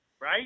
right